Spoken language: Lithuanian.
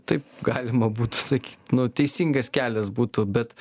taip galima būtų sakyt nu teisingas kelias būtų bet